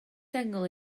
sengl